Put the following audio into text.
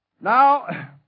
Now